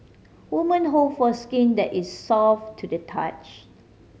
women hope for skin that is soft to the touch